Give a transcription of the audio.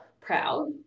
proud